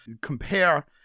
compare